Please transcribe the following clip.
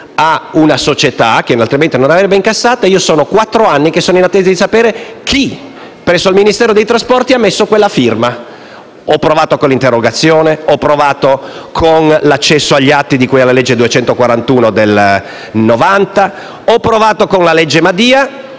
a una società, che diversamente non avrebbe incassato, e da quattro anni sono in attesa di sapere chi, presso il Ministero dei trasporti, abbia messo quella firma. Ho provato con l'interrogazione parlamentare; ho provato con l'accesso agli atti di cui alla legge n. 241 del 1990; ho provato con la legge Madia,